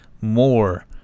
more